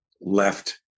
left